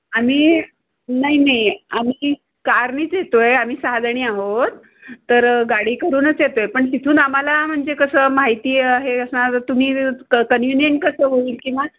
आम्ही नाही नाही आम्ही कारनेच येतो आहे आम्ही सहाजणी आहोत तर गाडी करूनच येतो आहे पण तिथून आम्हाला म्हणजे कसं माहिती आहे असणार तुम्ही क कन्विनियंट कसं होईल किंवा